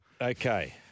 Okay